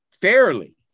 fairly